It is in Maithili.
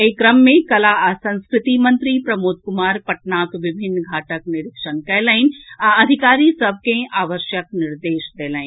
एहि क्रम मे कला आ संस्कृति मंत्री प्रमोद कुमार पटनाक विभिन्न घाटक निरीक्षण कयलनि आ अधिकारी सभ कँ आवश्यक निर्देश देलनि